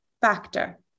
factor